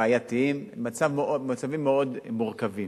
בעייתיים, במצבים מאוד מורכבים.